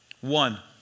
One